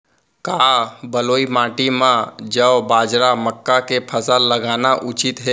का बलुई माटी म जौ, बाजरा, मक्का के फसल लगाना उचित हे?